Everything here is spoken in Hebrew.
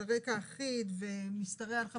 על רקע אחיד ומשתרע על 50%,